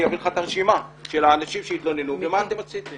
אני אעביר לך את הרשימה של האנשים שהתלוננו ומה אתם עשיתם.